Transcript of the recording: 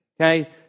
Okay